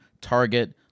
Target